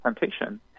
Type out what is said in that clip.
temptation